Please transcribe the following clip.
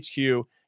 HQ